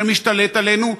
שמשתלט עלינו,